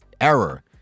error